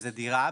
שזו דירה,